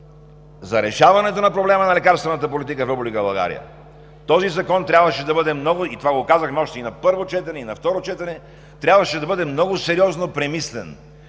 за решаването на проблема на лекарствената политика в Република България този закон трябваше – това го казахме още и на първо четене, и на второ четене, да бъде много сериозно премислен